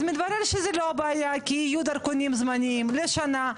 מתברר שזה לא הבעיה כי יהיו דרכונים זמניים לשנה,